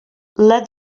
led